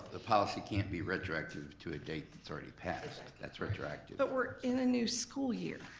the policy can't be retroactive to a date that's already passed. that's retroactive. but we're in a new school year.